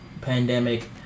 pandemic